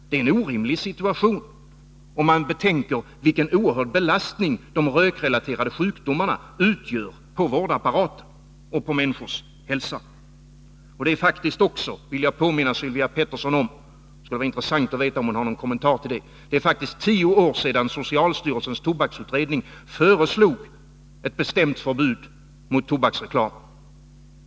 Det är en orimlig situation, om man betänker vilken oerhörd belastning på vårdapparaten och på människors hälsa de rökrelaterade sjukdomarna utgör. Jag skulle vilja påminna Sylvia Pettersson om — och det skulle vara intressant att veta om hon har någon kommentar till det — att det faktiskt är tio år sedan socialstyrelsens tobaksutredning föreslog ett bestämt förbud mot tobaksreklam.